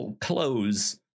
clothes